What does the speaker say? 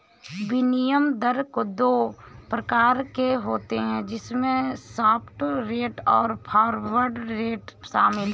विनिमय दर दो प्रकार के होते है जिसमे स्पॉट रेट और फॉरवर्ड रेट शामिल है